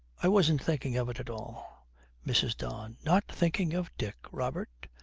i wasn't thinking of it at all mrs. don. not thinking of dick, robert?